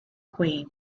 queen